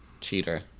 Cheater